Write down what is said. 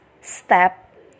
step